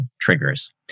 triggers